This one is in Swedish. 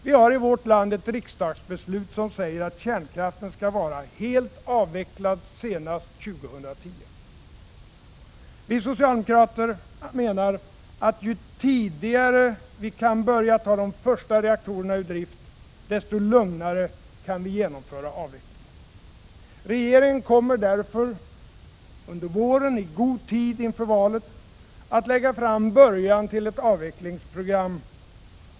Vi har i vårt land ett riksdagsbeslut som säger att kärnkraften skall vara helt avvecklad senast år 2010. Vi socialdemokrater menar att ju tidigare vi kan börja ta de första reaktorerna ur drift, desto lugnare kan vi genomföra avvecklingen. Regeringen kommer därför under våren, i god tid inför valet, att lägga fram början till ett avvecklingsprogram.